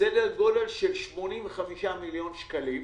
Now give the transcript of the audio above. בסדר גודל של 85 מיליון שקלים.